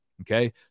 okay